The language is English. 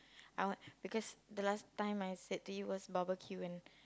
I want because the last time I said to you was barbecue and